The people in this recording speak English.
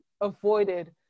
avoided